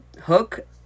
Hook